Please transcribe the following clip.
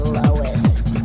lowest